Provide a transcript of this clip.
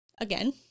Again